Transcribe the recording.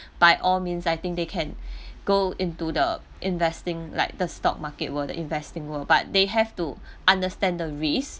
by all means I think they can go into the investing like the stock market world the investing world but they have to understand the risk